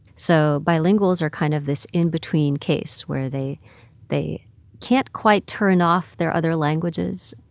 so bilinguals are kind of this in-between case where they they can't quite turn off their other languages,